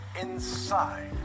inside